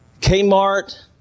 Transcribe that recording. Kmart